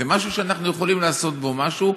זה משהו שאנחנו יכולים לעשות בו משהו.